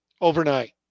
overnight